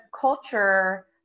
culture